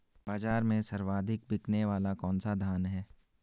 बाज़ार में सर्वाधिक बिकने वाला कौनसा धान है?